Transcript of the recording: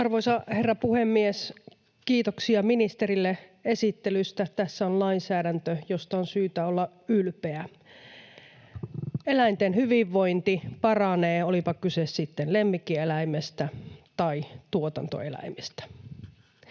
Arvoisa herra puhemies! Kiitoksia ministerille esittelystä! Tässä on lainsäädäntö, josta on syytä olla ylpeä. Eläinten hyvinvointi paranee, olipa kyse sitten lemmikkieläimestä tai tuotantoeläimestä.